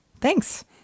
thanks